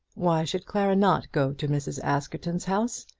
why should clara not go to mrs. askerton's house?